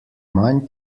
manj